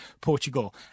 Portugal